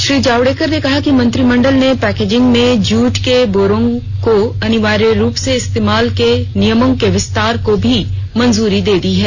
श्री जावडेकर ने कहा कि मंत्रिमंडल ने पैकेजिंग में जूट के बोरों के अनिवार्य रूप से इस्तेमाल के नियमों के विस्तार को भी मंजूरी दे दी है